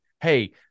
hey